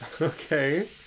Okay